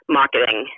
marketing